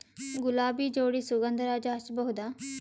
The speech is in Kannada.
ಗುಲಾಬಿ ಜೋಡಿ ಸುಗಂಧರಾಜ ಹಚ್ಬಬಹುದ?